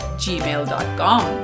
gmail.com